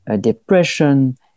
depression